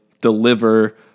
deliver